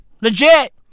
Legit